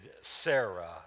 Sarah